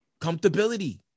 comfortability